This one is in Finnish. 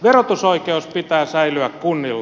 verotusoikeuden pitää säilyä kunnilla